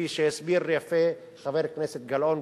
כפי שהסביר יפה חבר הכנסת גילאון.